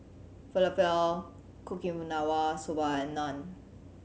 Falafel Okinawa Soba and Naan